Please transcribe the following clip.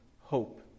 hope